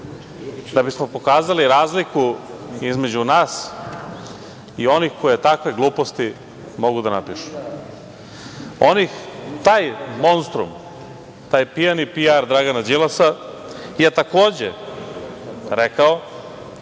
da bismo pokazali razliku između nas i onih koje takve gluposti mogu da napišu. Taj monstrum, taj pijani PR Dragana Đilasa je, takođe rekao,